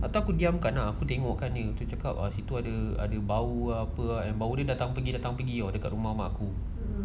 ataupun pun diam tak nak aku tengok kan dia dia cakap situ ada ada bau apa and bau tu datang pergi datang pergi dalam rumah mak aku